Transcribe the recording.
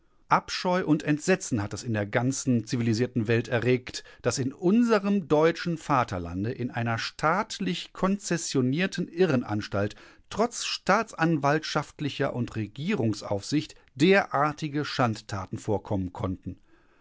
abscheu und entsetzen hat es in der ganzen zivilisierten welt erregt daß in unserem deutschen vaterlande in einer staatlich konzessionierten irrenanstalt trotz staatsanwaltschaftlicher und regierungsaufsicht derartige schandtaten vorkommen konnten